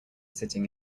sitting